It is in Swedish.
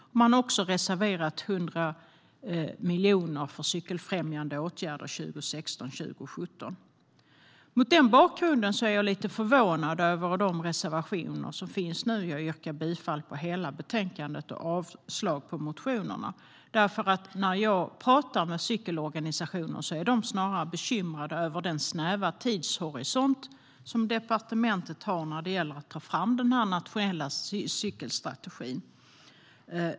Man har också reserverat 100 miljoner för cykelfrämjande åtgärder 2016-2017. Mot den bakgrunden är jag lite förvånad över de reservationer som nu finns. Jag yrkar bifall till utskottets förslag i betänkandet och avslag på motionerna. När jag talar med cykelorganisationer är de snarare bekymrade över den snäva tidshorisont som departementet har när det gäller att ta fram den nationella cykelstrategin.